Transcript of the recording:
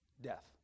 death